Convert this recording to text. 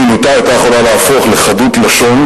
למרות ששנינותה היתה יכולה להפוך לחדות לשון,